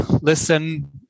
Listen